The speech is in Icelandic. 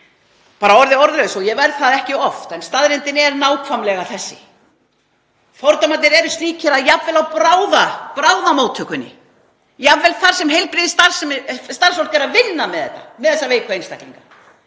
bara orðið orðlaus. Ég verð það ekki oft. En staðreyndin er nákvæmlega þessi. Fordómarnir eru slíkir að jafnvel á bráðamóttökunni, jafnvel þar sem heilbrigðisstarfsfólk er að vinna með þessa veiku einstaklinga,